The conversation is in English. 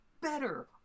better